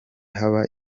haba